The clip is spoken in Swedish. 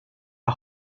jag